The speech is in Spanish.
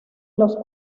los